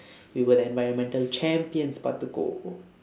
we were the environmental champions brought the gold home